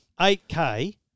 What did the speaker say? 8K